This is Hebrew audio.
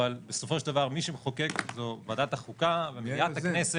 אבל בסופו של דבר מי שמחוקק זו ועדת החוקה ומליאת הכנסת.